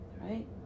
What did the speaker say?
Right